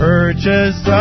Purchase